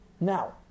Now